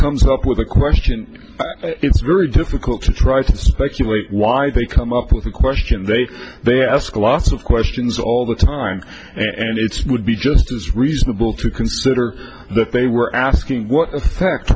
comes up with a question it's very difficult to try to speculate why they come up with a question they they ask lots of questions all the time and it's would be just as reasonable to consider that they were asking what effect